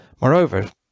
Moreover